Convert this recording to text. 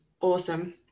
awesome